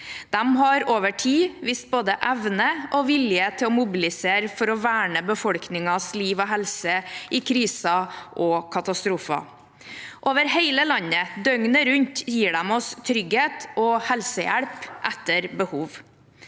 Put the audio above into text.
De har over tid vist både evne og vilje til å mobilisere for å verne befolkningens liv og helse i kriser og katastrofer. Over hele landet, døgnet rundt, gir de oss trygghet og helsehjelp etter behov.